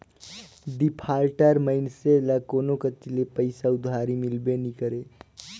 defaulter मइनसे ल कोनो कती ले पइसा उधारी मिलबे नी करे